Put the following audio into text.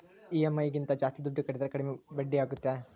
EMI ಗಿಂತ ಜಾಸ್ತಿ ದುಡ್ಡು ಕಟ್ಟಿದರೆ ಬಡ್ಡಿ ಕಡಿಮೆ ಆಗುತ್ತಾ?